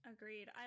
Agreed